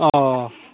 अ